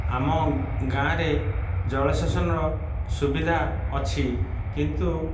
ଆମ ଗାଁରେ ଜଳସେଚନର ସୁବିଧା ଅଛି କିନ୍ତୁ